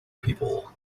people